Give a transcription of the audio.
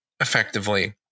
effectively